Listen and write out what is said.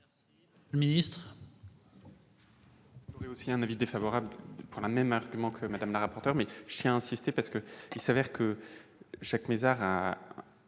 le ministre